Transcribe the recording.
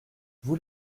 vous